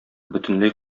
бөтенләй